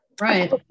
Right